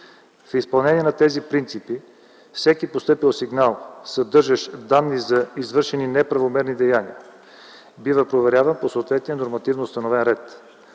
В изпълнение на тези принципи, всеки постъпил сигнал, съдържащ данни за извършени неправомерни деяния, бива проверяван по съответния нормативно установен ред.